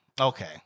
Okay